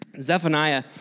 Zephaniah